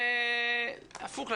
הפוך,